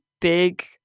big